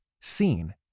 seen